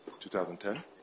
2010